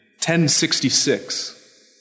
1066